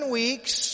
weeks